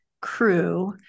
crew